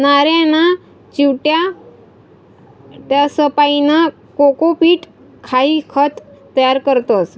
नारयना चिवट्यासपाईन कोकोपीट हाई खत तयार करतस